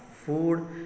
food